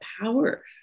power